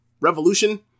Revolution